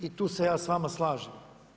I tu se ja s vama slažem.